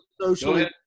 socially